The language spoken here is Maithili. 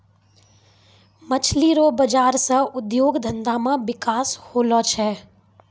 मछली रो बाजार से उद्योग धंधा मे बिकास होलो छै